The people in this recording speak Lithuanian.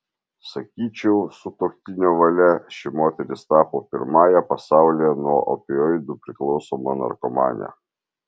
sakyčiau sutuoktinio valia ši moteris tapo pirmąja pasaulyje nuo opioidų priklausoma narkomane